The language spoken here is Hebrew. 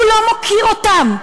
הוא לא מוקיר אותם,